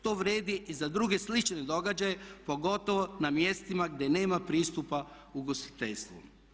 To vrijedi i za druge slične događaje pogotovo na mjestima gdje nema pristupa ugostiteljstvu.